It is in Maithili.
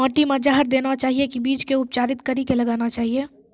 माटी मे जहर देना चाहिए की बीज के उपचारित कड़ी के लगाना चाहिए?